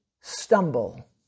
stumble